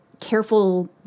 careful